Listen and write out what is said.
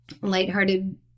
lighthearted